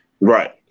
Right